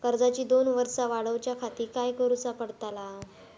कर्जाची दोन वर्सा वाढवच्याखाती काय करुचा पडताला?